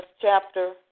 chapter